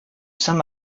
saint